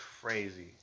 crazy